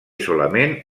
solament